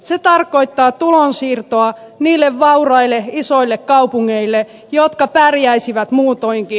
se tarkoittaa tulonsiirtoa niille vauraille isoille kaupungeille jotka pärjäisivät muutoinkin